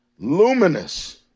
luminous